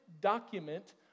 document